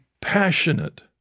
passionate